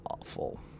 awful